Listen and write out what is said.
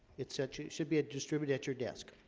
it's such. it should be a distribute at your desk.